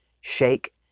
shake